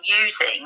using